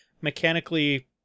mechanically